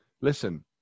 Listen